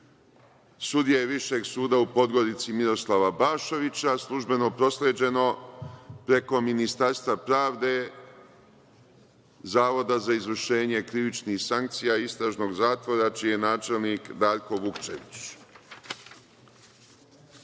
sudije Višeg suda u Podgorici Miroslava Bašovića, službeno prosleđeno preko Ministarstva pravde Zavoda za izvršenje krivičnih sankcija Istražnog zatvora, čiji je načelnik Darko Vukčević. Branka